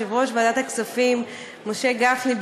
יושב-ראש ועדת הכספים משה גפני,